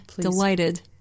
delighted